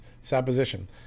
supposition